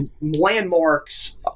landmarks